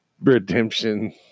redemption